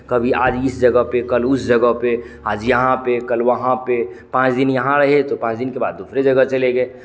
कभी आज इस जगह पे कल उस जगह पे आज यहाँ पे कल वहाँ पे पाँच दिन यहाँ रहे तो पाँच दिन के बाद दूसरे जगह चले गए